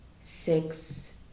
six